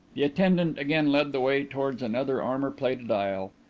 the attendant again led the way towards another armour-plated aisle.